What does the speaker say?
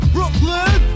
Brooklyn